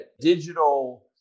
digital